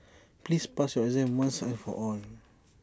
please pass your exam once and for all